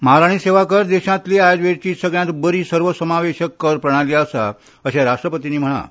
म्हाल आनी सेवा कर देशातली आयजवेरची सगळ्यात बरी सर्व समावेशक कर प्रणाली आसा अशे राश्ट्रपतींनी म्हळा